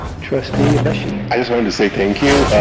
trustee igbechi? i just want to say thank you.